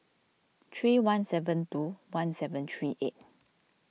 three one seven two one seven three eight